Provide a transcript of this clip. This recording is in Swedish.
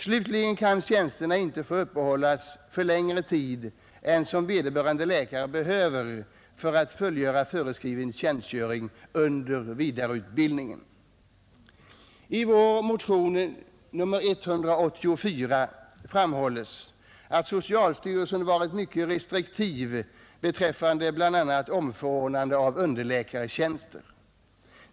Slutligen kan tjänsterna inte få uppehållas för längre tid än som vederbörande läkare behöver för att fullgöra föreskriven tjänstgöring under vidareutbildningen.” I vår motion nr 184 framhålles att socialstyrelsen varit mycket restriktiv beträffande bl.a. omförordnande på underläkartjänster.